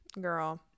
girl